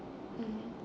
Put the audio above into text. mm